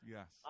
Yes